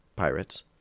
Pirates